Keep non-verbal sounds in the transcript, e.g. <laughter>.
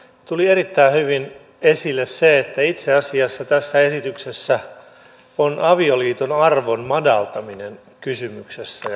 tuli erittäin hyvin esille se että itse asiassa tässä esityksessä on avioliiton arvon madaltaminen kysymyksessä <unintelligible>